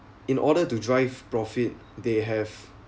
in order to drive profit they have